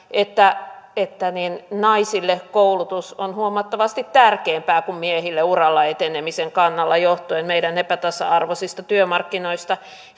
että että naisille koulutus on huomattavasti tärkeämpää kuin miehille uralla etenemisen kannalta johtuen meidän epätasa arvoisista työmarkkinoista